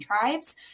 tribes